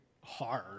hard